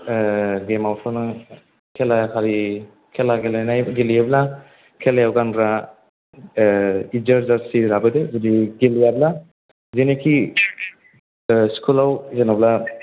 गेमआवथ' नों खेला खालि खेला गेलेनाय गेलेयोब्ला खेलायाव गानग्रा इजार जारसि लाबोदो जुदि गेलेयाब्ला जेनाखि स्कुलाव जेनोब्ला